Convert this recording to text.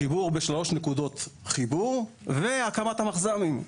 חיבור בשלוש נקודות חיבור והקמת המחז"מים.